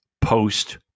post